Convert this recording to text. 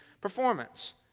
performance